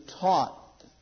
taught